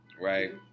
Right